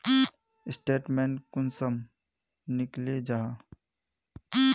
Statement कुंसम निकले जाहा?